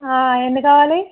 ఎన్ని కావాలి